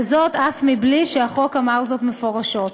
וזאת אף מבלי שהחוק אמר זאת מפורשות.